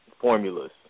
formulas